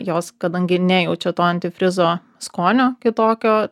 jos kadangi nejaučia to antifrizo skonio kitokio